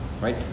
right